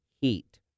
heat